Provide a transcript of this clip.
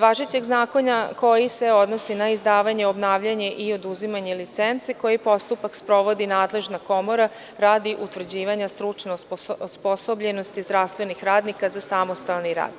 važećeg zakona koji se odnosi na izdavanje, obnavljanje i oduzimanje licence, koji postupak sprovodi nadležna komora radi utvrđivanja stručne osposobljenosti zdravstvenih radnika za samostalni rad.